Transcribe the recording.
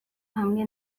hamwe